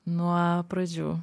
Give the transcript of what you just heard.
nuo pradžių